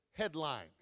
Headline